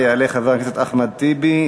יעלה חבר הכנסת אחמד טיבי,